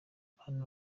hano